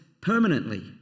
permanently